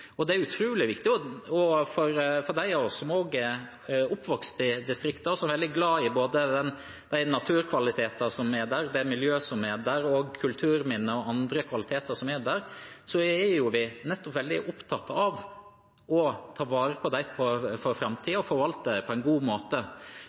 De av oss som er oppvokst i distriktene, og som er veldig glad i både naturkvalitetene som er der, miljøet som er det, kulturminner og andre kvaliteter som er der, er veldig opptatt av å ta vare på dem for framtiden og forvalte dem på en god måte. Men det som er viktig, er at en legger til rette for